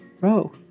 bro